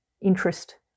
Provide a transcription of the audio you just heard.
interest